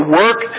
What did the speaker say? work